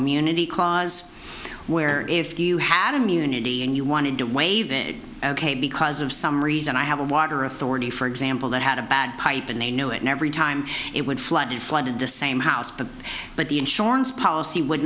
munity clause where if you had immunity and you wanted to waive it ok because of some reason i have a water authority for example that had a bad pipe and they knew it every time it would flood and flooded the same house but but the insurance policy would